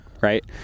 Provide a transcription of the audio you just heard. Right